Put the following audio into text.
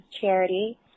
Charity